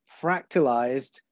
fractalized